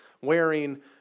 wearing